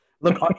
Look